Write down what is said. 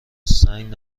سنگ